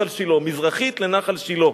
מזרחית לנחל שילה.